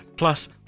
Plus